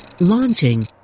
Launching